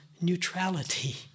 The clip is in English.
neutrality